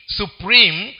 supreme